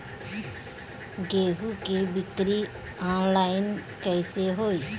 गेहूं के बिक्री आनलाइन कइसे होई?